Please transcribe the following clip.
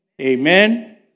Amen